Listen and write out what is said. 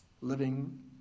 living